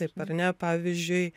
taip ar ne pavyzdžiui